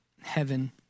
heaven